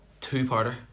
two-parter